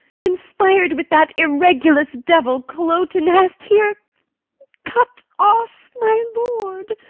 conspir'd with that irregulous devil, cloten, hath here cut off my lord.